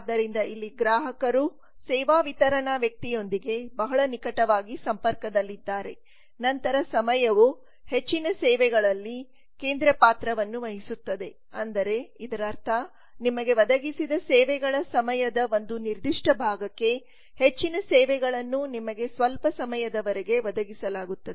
ಆದ್ದರಿಂದ ಇಲ್ಲಿ ಗ್ರಾಹಕರು ಸೇವಾ ವಿತರಣಾ ವ್ಯಕ್ತಿಯೊಂದಿಗೆ ಬಹಳ ನಿಕಟವಾಗಿ ಸಂಪರ್ಕದಲ್ಲಿದ್ದಾರೆ ನಂತರ ಸಮಯವು ಹೆಚ್ಚಿನ ಸೇವೆಗಳಲ್ಲಿ ಕೇಂದ್ರ ಪಾತ್ರವನ್ನು ವಹಿಸುತ್ತದೆ ಅಂದರೆ ಇದರರ್ಥ ನಿಮಗೆ ಒದಗಿಸಿದ ಸೇವೆಗಳ ಸಮಯದ ಒಂದು ನಿರ್ದಿಷ್ಟ ಭಾಗಕ್ಕೆ ಹೆಚ್ಚಿನ ಸೇವೆಗಳನ್ನು ನಿಮಗೆ ಸ್ವಲ್ಪ ಸಮಯದವರೆಗೆ ಒದಗಿಸಲಾಗುತ್ತದೆ